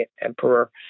emperor